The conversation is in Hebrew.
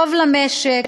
זה טוב למשק,